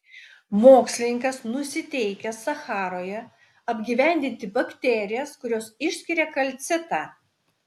mokslininkas nusiteikęs sacharoje apgyvendinti bakterijas kurios išskiria kalcitą